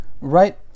right